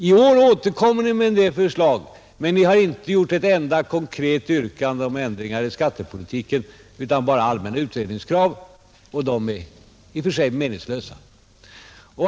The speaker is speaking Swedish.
I år återkommer ni med en del förslag, men ni har inte ställt ett enda konkret yrkande om ändringar i skattepolitiken, utan bara fört fram allmänna utredningskrav, och de är i och för sig meningslösa.